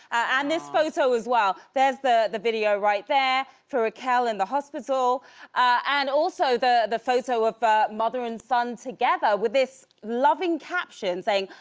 and this photo as well. there's the the video right there, for raquel in the hospital and also the the photo of a mother and son together, with this loving caption saying,